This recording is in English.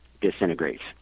disintegrates